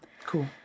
Cool